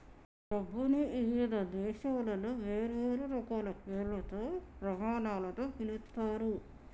డబ్బుని ఇవిధ దేశాలలో వేర్వేరు రకాల పేర్లతో, ప్రమాణాలతో పిలుత్తారు